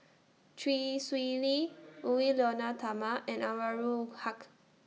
Chee Swee Lee Edwy Lyonet Talma and Anwarul Haque